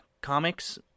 comics